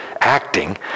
acting